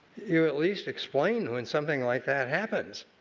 you at least explain when something like that happens,